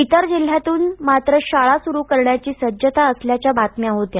इतर जिल्ह्यांतून मात्र शाळा सुरू करण्याची सज्जता असल्याच्या बातम्या होत्या